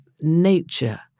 nature